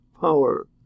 power